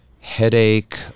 headache